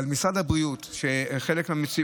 אבל במשרד הבריאות היום,